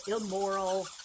immoral